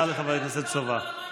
זה שקר, תודה לחבר הכנסת סובה.